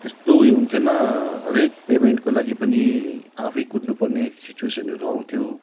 त्यस्तो उयो हुन्थ्येन हरेक पेमेन्टको लागि पनि आफै कुद्नु पर्ने सिचुएसहरू आउँथ्यो